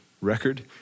record